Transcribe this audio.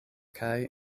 kaj